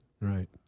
Right